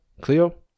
Cleo